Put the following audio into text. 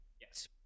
Yes